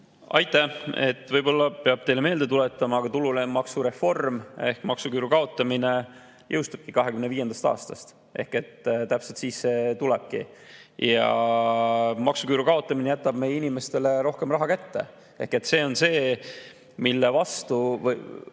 Aitäh! Võib-olla peab teile meelde tuletama, aga tulumaksureform ehk maksuküüru kaotamine jõustubki 2025. aastast. Täpselt siis see tulebki. Ja maksuküüru kaotamine jätab meie inimestele rohkem raha kätte. See on see, mille vastu